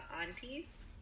aunties